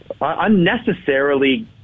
unnecessarily